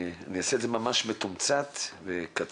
אני אעשה את זה ממש מתומצת וקצר,